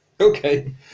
Okay